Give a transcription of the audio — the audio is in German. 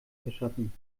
verschaffen